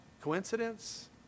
Coincidence